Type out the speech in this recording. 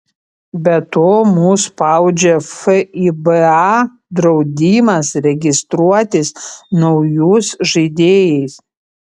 be to mus spaudžia fiba draudimas registruotis naujus žaidėjais